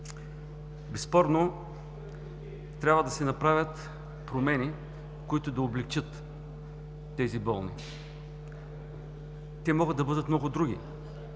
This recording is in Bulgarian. безспорно трябва да се направят промени, които да облекчат тези болни. Те могат да бъдат много други